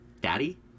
Daddy